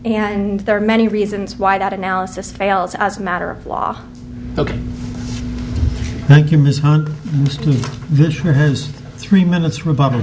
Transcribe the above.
and there are many reasons why that analysis fails as a matter of law ok thank you miss this three minutes republic